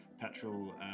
petrol